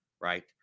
right